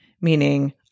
Meaning